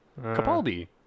Capaldi